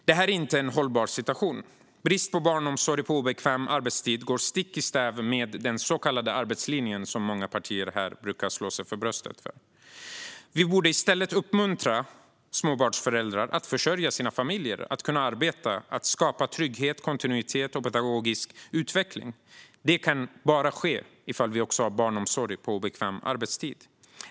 Detta är inte en hållbar situation. Brist på barnomsorg på obekväm arbetstid går stick i stäv med den så kallade arbetslinjen, som många partier här brukar slå sig för bröstet för. Vi borde i stället uppmuntra småbarnsföräldrar att arbeta för att försörja sina familjer, och vi borde skapa trygghet, kontinuitet och pedagogisk utveckling. Det kan bara ske om vi också har barnomsorg på obekväm arbetstid.